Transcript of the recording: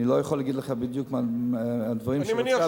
אני לא יכול להגיד בדיוק מהם הדברים שהיא רוצה,